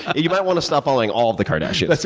you might want to stop following all of the kardashians.